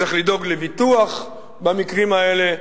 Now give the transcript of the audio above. צריך לדאוג לביטוח במקרים האלה.